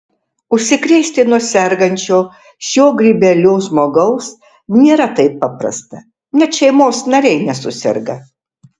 užsikrėsti nuo sergančio šiuo grybeliu žmogaus nėra taip paprasta net šeimos nariai nesuserga